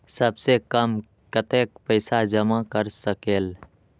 सबसे कम कतेक पैसा जमा कर सकेल?